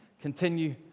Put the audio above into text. Continue